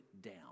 down